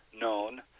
known